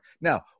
Now